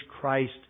Christ